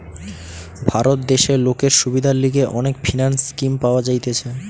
ভারত দেশে লোকের সুবিধার লিগে অনেক ফিন্যান্স স্কিম পাওয়া যাইতেছে